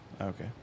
Okay